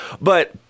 But-